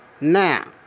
Now